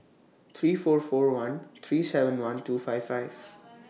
three four four one three seven one two five five